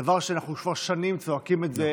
דבר שאנחנו כבר שנים צועקים אותו.